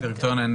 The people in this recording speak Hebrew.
כן.